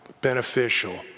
beneficial